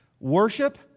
Worship